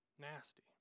Nasty